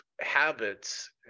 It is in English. habits